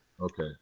Okay